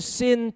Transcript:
sin